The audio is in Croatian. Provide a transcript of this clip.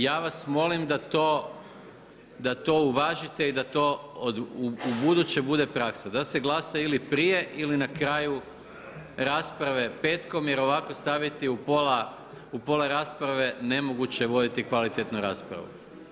Ja vas molim da to uvažite i da to ubuduće bude praksa da se glasa ili prije ili na kraju rasprave petkom jer ovako staviti u pola rasprave nemoguće je voditi kvalitetnu raspravu.